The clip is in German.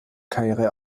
karriere